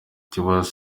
ikibazo